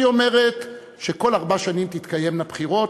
היא אומרת שכל ארבע שנים תתקיימנה בחירות,